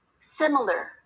similar